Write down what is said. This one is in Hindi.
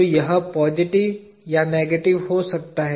तो यह पॉजिटिव या नेगेटिव हो सकता है